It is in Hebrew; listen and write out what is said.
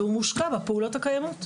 והוא מושקע בפעולות הקיימות.